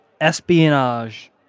espionage